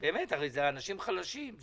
באמת, הרי אלה אנשים חלשים.